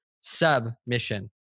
submission